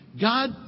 God